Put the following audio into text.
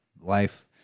life